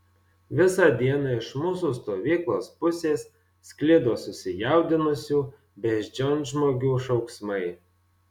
visą dieną iš mūsų stovyklos pusės sklido susijaudinusių beždžionžmogių šauksmai